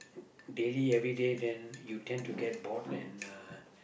daily every day then you tend to get bored and uh